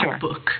book